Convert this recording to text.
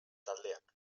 taldeak